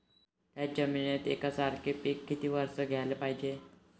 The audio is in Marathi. थ्याच जमिनीत यकसारखे पिकं किती वरसं घ्याले पायजे?